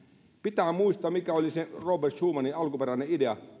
pitää muistaa mikä oli se robert schumanin alkuperäinen idea